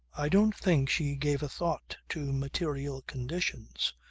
i don't think she gave a thought to material conditions.